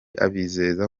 abizeza